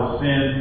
sin